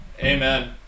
Amen